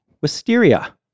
wisteria